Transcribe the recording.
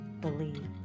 believe